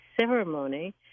ceremony